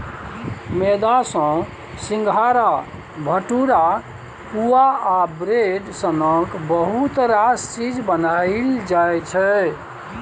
मेदा सँ सिंग्हारा, भटुरा, पुआ आ ब्रेड सनक बहुत रास चीज बनाएल जाइ छै